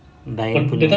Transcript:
like